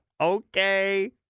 Okay